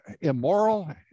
immoral